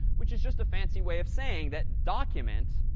which is just a fancy way of saying that document,